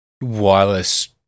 wireless